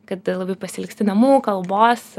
kad labai pasiilgsti namų kalbos